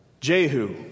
Jehu